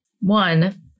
One